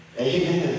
Amen